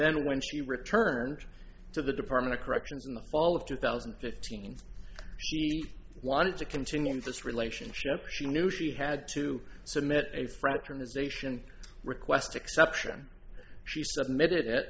then when she returned to the department of corrections in the fall of two thousand and fifteen she wanted to continue this relationship she knew she had to submit a fraternization request exception she submitted it